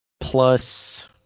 plus